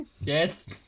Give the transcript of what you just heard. Yes